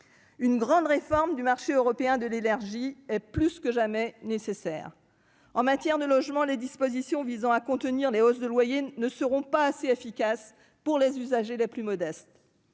Une grande réforme du marché européen de l'énergie est plus que jamais nécessaire. En matière de logement, les dispositions visant à contenir les hausses de loyers ne seront pas assez efficaces pour les usagers les plus modestes.